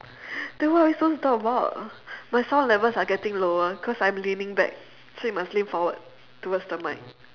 then what else we're supposed to talk about my sound levels are getting lower cause I'm leaning back so you must lean forward towards the mic